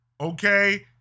Okay